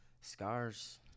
scars